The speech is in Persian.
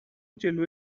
جلوی